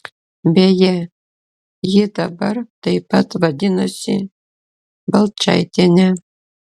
beje ji dabar taip pat vadinasi balčaitiene